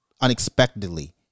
unexpectedly